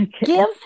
Give